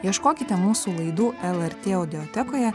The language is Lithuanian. ieškokite mūsų laidų lrt audiotekoje